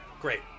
Great